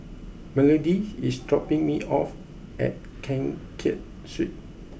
Melodee is dropping me off at Keng Kiat Street